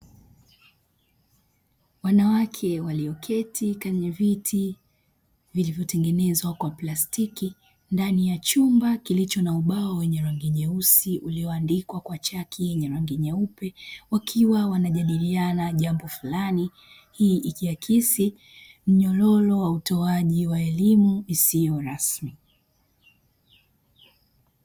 Wanawake walioketi kwenye viti vilivyotengenezwa kwa plastiki ndani ya chumba kilicho na ubao wenye rangi nyeusi ulioandikwa kwa chaki yenye rangi nyeupe, wakiwa wanajadiliana jambo fulani. Hii ikiakisi mnyororo wa utoaji wa elimu isiyo rasmi.